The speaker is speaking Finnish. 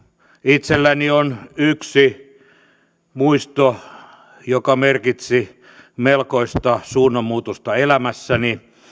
itselläni on yksi muisto joka merkitsi melkoista suunnanmuutosta elämässäni